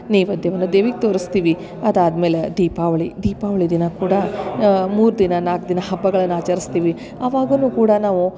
ನೆವೇದ್ಯವನ್ನ ದೇವಿಗೆ ತೋರಿಸ್ತೀವಿ ಅದಾದ್ಮೇಲೆ ದೀಪಾವಳಿ ದೀಪಾವಳಿ ದಿನ ಕೂಡ ಮೂರು ದಿನ ನಾಲ್ಕು ದಿನ ಹಬ್ಬಗಳನ್ನ ಆಚರಿಸ್ತೀವಿ ಅವಾಗನು ಕೂಡ ನಾವು